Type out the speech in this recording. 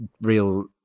real